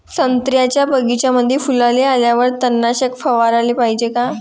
संत्र्याच्या बगीच्यामंदी फुलाले आल्यावर तननाशक फवाराले पायजे का?